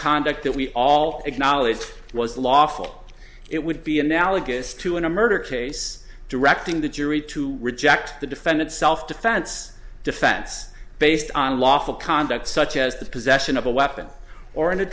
conduct that we all acknowledged was lawful it would be analogous to in a murder case directing the jury to reject the defendant self defense defense based on unlawful conduct such as the possession of a weapon or in a